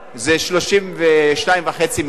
וזה 32.5 מיליון